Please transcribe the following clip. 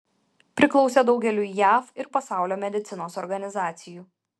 priklausė daugeliui jav ir pasaulio medicinos organizacijų